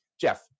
Jeff